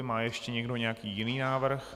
Má ještě někdo nějaký jiný návrh?